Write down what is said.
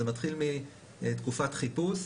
זה מתחיל מתקופת חיפוש